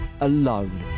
alone